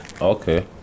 okay